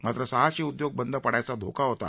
मात्र सहाशे उद्योग बंद पडायचा धोका होता